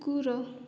କୁକୁର